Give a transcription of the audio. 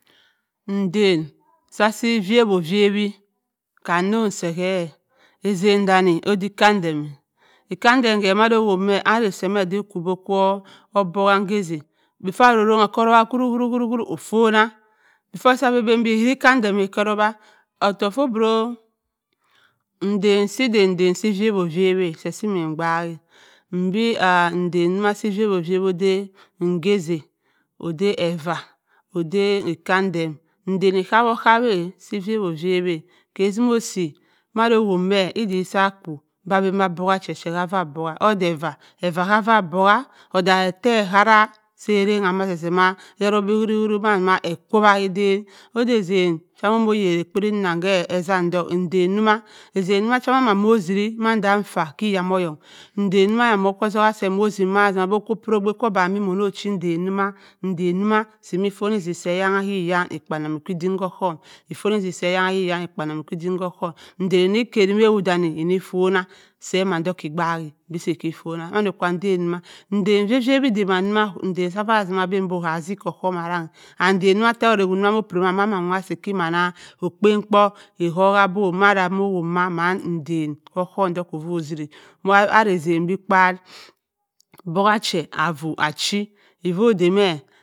Nndan serasi vaa-ovayi kan nnong se kk-e atzin daami oda ikaang-dem-a, ikanng-dem ke manda owowbu me ara se me di kwu di okko-bhe nnga-za before arronng-e okko ruwaa ma bi kueu-kuru-kuru oo ofunaa before sa nnim ben bi ssi ikanng-dem-a okku ruwaa ottouk duduro nndan. saa ada nndan. Saa vaa-ovayi se kimmin m’daak-a mmbi aa nndan nwu asi da ovaa-ovayi ke si m’osi mando owobh me edi sa ku a. ben bi aben ba bok-a che ke kaua abok a oda eva, eva kauaa abok-a odak bhe see arara sa arran, bhe ma, ze ze ma se wuru wuru manda e kowa kadaan. Oda nndan sa mo yari apiri emman ke etzem dok nndan womma, nndan za mamre mo ziri manda afa ke iyamoyong nndan wumma nndan wumma simmi afunna osu si iyan-gha k iyan. Okka-anamm kidim ohohm ofunna osu si iyan-gha k iyan obiro dim ohohum nndan akari awott danni enni afo nna se mandok ke obaak-e be se kk afonnna mando ka nndan waa, nndan va-ovayi dann wah-wau kava ben bo azik k’ohohm arranng and nndan wa ttewott awott do ma piyri ma, man se kimman-e okpa-kpo ehp wa do manda mo owop ma, nndan ohoum m’kovo zyri ara nnzan be kpat bogua che a’vu achi ovo da me.